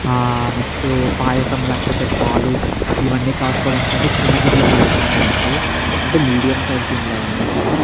next payasam లేకపోతే పాలు ఇవన్నీ కాసుకోవడానికి అంటే చిన్న గిన్నెలు మా దగ్గర ఉన్నాయి అండి అంటే మీడియం సైజ్ గిన్నెలు అవన్నీ కూడా